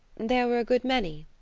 there were a good many,